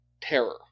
terror